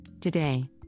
Today